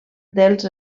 dels